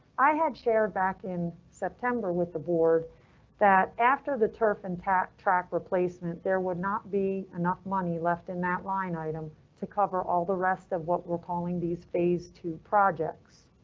i had shared back in september with the board that after the turf intact track replacement, there would not be enough money left in that line item to cover all the rest of what we're calling these phase two projects,